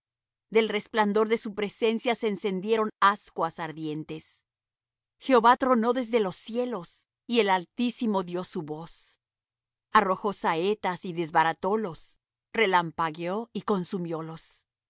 del resplandor de su presencia se encendieron ascuas ardientes jehová tronó desde los cielos y el altísimo dió su voz arrojó saetas y desbaratólos relampagueó y consumiólos entonces aparecieron los